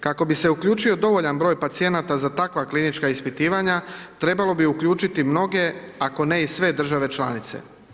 Kako bi se uključio dovoljan broj pacijenata za takva klinička ispitivanja, trebalo bi uključiti mnoge, ako ne i sve države članice.